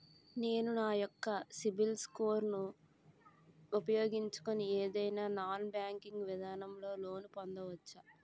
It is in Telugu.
నేను నా యెక్క సిబిల్ స్కోర్ ను ఉపయోగించుకుని ఏదైనా నాన్ బ్యాంకింగ్ విధానం లొ లోన్ పొందవచ్చా?